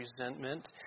resentment